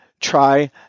try